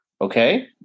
Okay